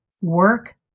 work